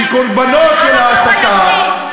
כקורבנות של ההסתה,